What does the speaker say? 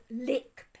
Lick